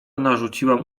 narzuciłam